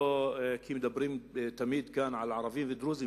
מדברים כאן תמיד על ערבים ודרוזים,